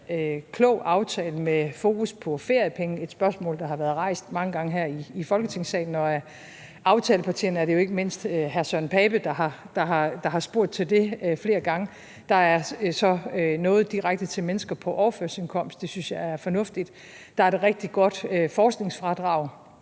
klog aftale med fokus på feriepenge, et spørgsmål, der har været rejst mange gange her i Folketingssalen, og fra aftalepartierne er det jo ikke mindst hr. Søren Pape Poulsen, der har spurgt til det flere gange. Der er så noget direkte til mennesker på overførselsindkomst – det synes jeg er fornuftigt – der er et rigtig godt forskningsfradrag